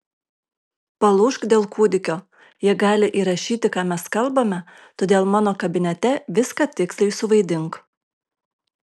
palūžk dėl kūdikio jie gali įrašyti ką mes kalbame todėl mano kabinete viską tiksliai suvaidink